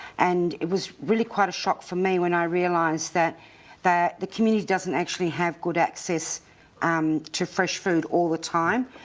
and it was really quite a shock for me when i realised that that the community doesn't actually have good access um to fresh food all the time,